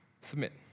submit